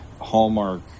Hallmark